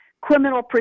criminal